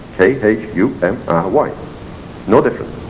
k h u m r y no different.